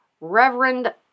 Reverend